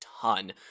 ton